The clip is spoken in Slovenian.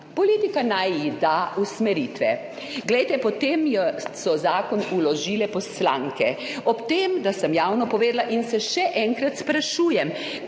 politika naj ji da usmeritve. Glejte, potem so zakon vložile poslanke, ob tem, da sem javno povedala in se še enkrat sprašujem,